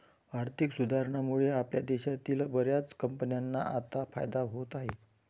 आर्थिक सुधारणांमुळे आपल्या देशातील बर्याच कंपन्यांना आता फायदा होत आहे